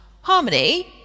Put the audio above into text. Harmony